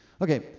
Okay